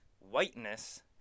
Whiteness